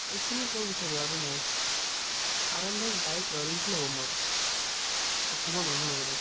এইখিনিয়ে ক'ব বিচাৰোঁ আৰু নাই আৰামদায়ক বাইকৰয়েল এলফিল্ডে হ'ব মোৰ বাবে অসমৰ মানুহৰ বাবে